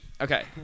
Okay